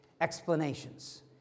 explanations